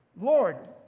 Lord